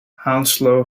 hounslow